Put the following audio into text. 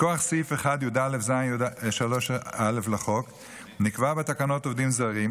מכוח סעיף 1יא(ז)(3א) לחוק נקבע בתקנות עובדים זרים